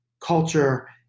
culture